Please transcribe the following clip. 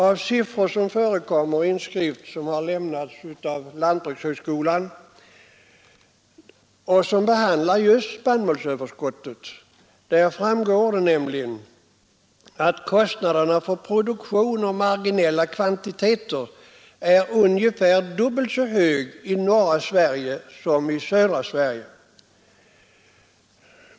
Av siffror som förekommer i en skrift från lantbrukshögskolan och som behandlar just spannmålsöverskottet framgår nämligen att kostnaderna för produktion av marginella kvantiteter är ungefär dubbelt så höga i norra Sverige som de är i södra Sverige.